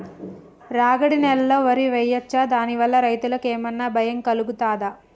రాగడి నేలలో వరి వేయచ్చా దాని వల్ల రైతులకు ఏమన్నా భయం కలుగుతదా?